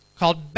called